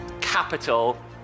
capital